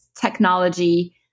technology